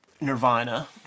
nirvana